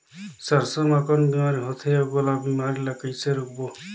सरसो मा कौन बीमारी होथे अउ ओला बीमारी ला कइसे रोकबो?